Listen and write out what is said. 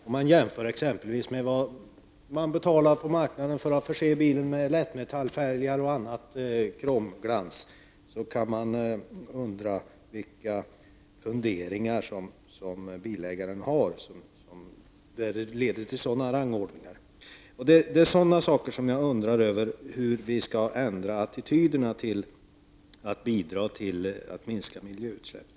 Om man jämför vad bilägare kan betala på marknaden för att förse bilen med lättmetallfälgar och annan kromglans, kan man undra vilka funderingar bilägaren har som leder till sådana rangordningar. Jag undrar hur vi skall bära oss åt för att ändra attityden så att det bidrar till en minskning av miljöfarliga utsläpp.